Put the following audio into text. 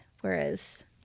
Whereas